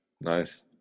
nice